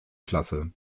klasse